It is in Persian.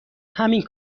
همین